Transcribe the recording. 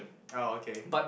orh okay